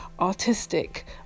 artistic